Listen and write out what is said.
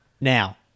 Now